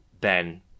Ben